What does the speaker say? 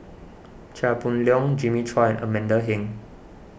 Chia Boon Leong Jimmy Chua and Amanda Heng